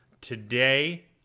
Today